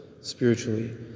spiritually